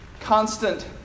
constant